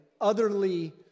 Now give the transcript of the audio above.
otherly